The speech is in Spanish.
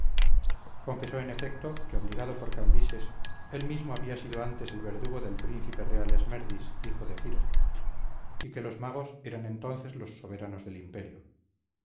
confesó en efecto que obligado por cambises él mismo había sido antes el verdugo del príncipe real esmerdis hijo de ciro y que los magos eran entonces los soberanos del imperio